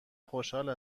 خوشحال